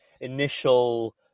initial